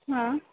हां